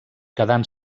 quedant